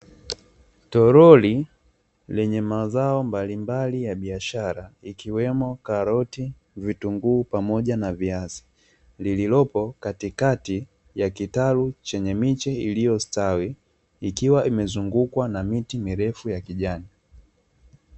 Tolori lenye mazao mbalimbali ya biashara ikiwemo karoti, vitunguu pamoja na viazi lililopo katikati ya kitalu chenye miche iliyostawi ikiwa imezungukwa na miti mirefu ya kijani.